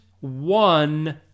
one